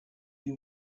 you